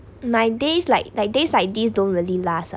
my days like like days like these don't really last ah